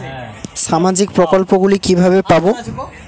সামাজিক প্রকল্প গুলি কিভাবে পাব?